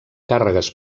càrregues